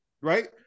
right